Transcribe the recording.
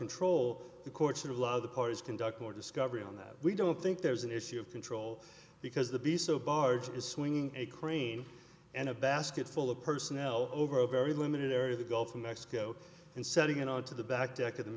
control the courts or a lot of the parties conduct or discovery on that we don't think there's an issue of control because the biso barge is swinging a crane and a basket full of personnel over a very limited area of the gulf of mexico and sending it out to the back deck of the